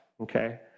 okay